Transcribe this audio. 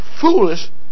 foolish